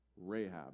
Rahab